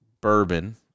bourbon